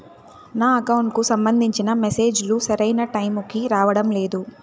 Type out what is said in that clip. నా అకౌంట్ కు సంబంధించిన మెసేజ్ లు సరైన టైము కి రావడం లేదు